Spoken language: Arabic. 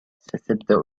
ستبدأ